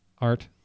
Art